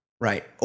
Right